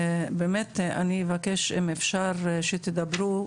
באמת אני אבקש אם אפשר שתדברו,